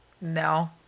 No